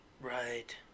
Right